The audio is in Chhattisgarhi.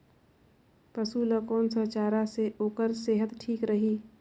पशु ला कोन स चारा से ओकर सेहत ठीक रही?